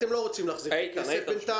אתם לא רוצים להחזיר את הכסף בינתיים,